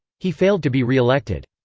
he failed to be re-elected.